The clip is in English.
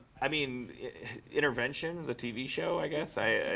i mean intervention, the tv show, i guess. i